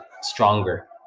stronger